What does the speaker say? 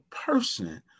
person